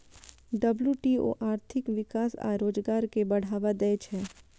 WTO आर्थिक विकास आ रोजगार कें बढ़ावा दै छै